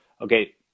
okay